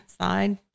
side